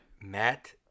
Matt